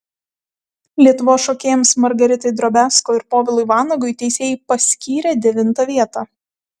lietuvos šokėjams margaritai drobiazko ir povilui vanagui teisėjai paskyrė devintą vietą